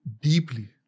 Deeply